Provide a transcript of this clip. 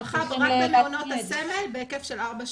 הדרכה רק במעונות הסמל, בהיקף של ארבע שעות.